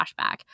flashback